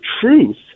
truth